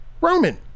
Roman